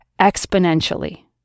exponentially